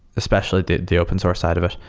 especially the the open source side of it,